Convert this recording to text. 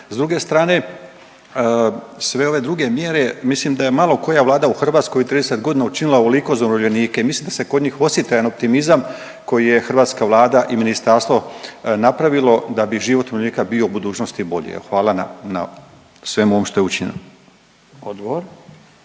S druge strane sve ove druge mjere, mislim da je malo koja vlada u Hrvatskoj u 30.g. učinila ovoliko za umirovljenike, mislim da se kod njih osjeti jedan optimizam koji je hrvatska vlada i ministarstvo napravilo da bi život umirovljenika bio u budućnosti bolji jel. Hvala na, na svemu ovom što je učinjeno.